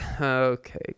Okay